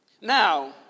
now